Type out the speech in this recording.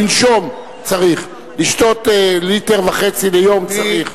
לנשום צריך, לשתות ליטר וחצי ביום צריך.